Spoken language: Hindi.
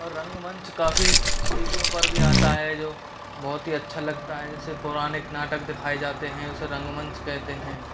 और रंगमंच काफ़ी टीवीयों पर भी आता है जो बहुत ही अच्छा लगता है जैसे पुराने नाटक दिखाए जाते हैं उसे रंगमंच कहते हैं